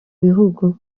bihugu